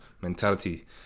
mentality